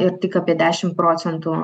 ir tik apie dešim procentų